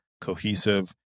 cohesive